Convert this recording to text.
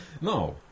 No